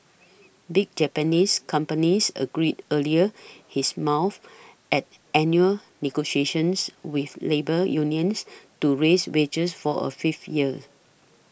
big Japanese companies agreed earlier his mouth at annual negotiations with labour unions to raise wages for a fifth year